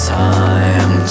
time